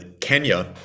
kenya